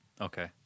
Okay